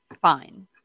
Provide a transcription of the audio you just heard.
fine